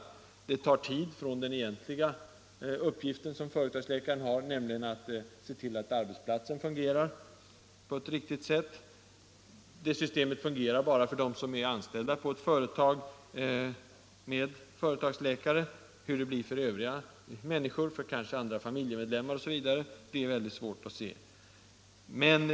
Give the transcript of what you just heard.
Funktionen som husläkare tar tid från företagsläkarens egentliga uppgifter, nämligen att se till att arbetsplatsen fungerar på ett riktigt sätt. Vidare hjälper det systemet bara nu dem som är anställda på ett företag med företagsläkare. För andra människor, familjemedlemmar osv., fungerar det inte.